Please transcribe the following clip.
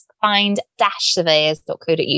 find-surveyors.co.uk